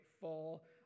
fall